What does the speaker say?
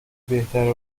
بهتره